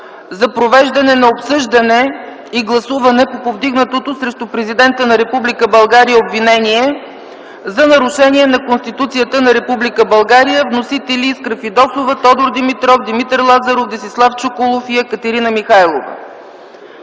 за провеждане на обсъждане и гласуване по повдигнатото срещу президента на Република България обвинение за нарушение на Конституцията на Република България. Вносители са Искра Фидосова, Тодор Димитров, Димитър Лазаров, Десислав Чуколов и Екатерина Михайлова.